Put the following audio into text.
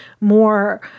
more